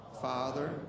father